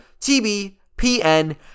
TBPN